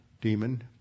demon